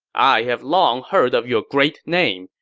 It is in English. i have long heard of your great name,